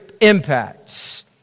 impacts